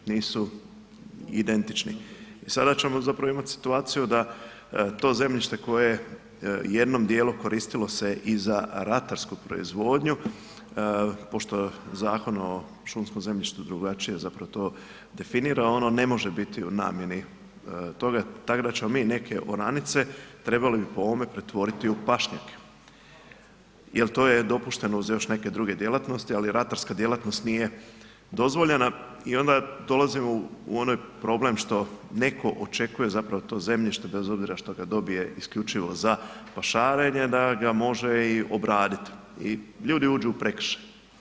Nisu identični i sada ćemo zapravo imati situaciju da to zemljište koje jednim dijelom koristilo se i za ratarsku proizvodnju, pošto Zakon o šumskom zemljištu drugačije zapravo to definira, ono ne može biti u namjeni toga, tako da ćemo mi neke oranice, trebali bi po ovome trebali pretvoriti u pašnjake jer to je dopušteno uz još neke druge djelatnosti, ali ratarska djelatnost nije dozvoljena i onda dolazimo u onaj problem što netko očekuje zapravo to zemljište bez obzira što ga dobije isključivo za pašarenje da ga može i obraditi i ljudi uđu u prekršaj.